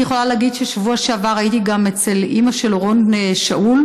אני יכולה להגיד שבשבוע שעבר הייתי גם אצל אימא של אורון שאול,